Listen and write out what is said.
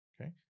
okay